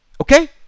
Okay